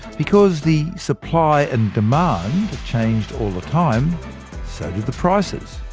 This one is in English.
because the supply and demand changed all the time, so did the prices.